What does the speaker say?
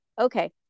okay